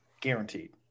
Guaranteed